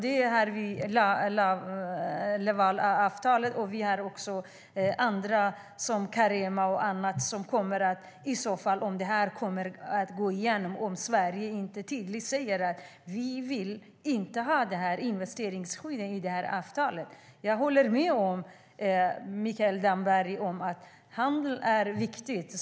Vi har Lavalavtalet och också annat, som Carema, som kan ställa till problem om det här går igenom - om Sverige inte tydligt säger att vi inte vill ha investeringsskyddet i avtalet. Jag håller med Mikael Damberg om att handel är viktigt.